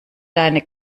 deine